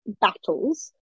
battles